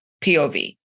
POV